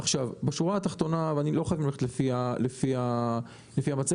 בשורה התחתונה ולא חייבים ללכת לפי המצגת